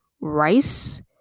rice